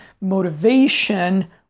motivation